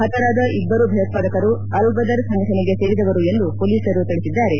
ಪತರಾದ ಇಬ್ಬರು ಭಯೋತ್ಪಾದಕರು ಅಲ್ಬದರ್ ಸಂಘಟನೆಗೆ ಸೇರಿದವರು ಎಂದು ಮೊಲೀಸರು ತಿಳಿಸಿದ್ದಾರೆ